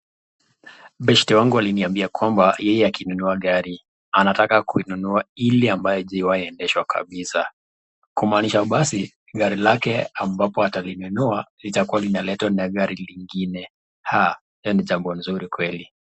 Beshte wangu aliniambia kwamba yeye akinunua gari anataka kuinunua ile ambaye haijawahi endeshwa kabisa. Kumaanisha basi, gari lake ambapo atalinunua litakuwa linaletwa na gari lingine, ha! hilo ni jambonzuri kweli.